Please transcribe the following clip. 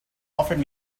offered